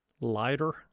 lighter